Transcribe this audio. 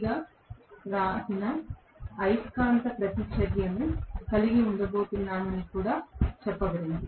గా వ్రాసిన అయస్కాంత ప్రతిచర్యను కలిగి ఉండబోతున్నామని కూడా చెప్పబడింది